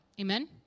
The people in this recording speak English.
Amen